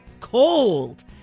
cold